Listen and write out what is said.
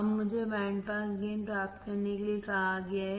अब मुझे bandpass gain प्राप्त करने के लिए कहा गया है